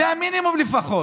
זה המינימום לפחות.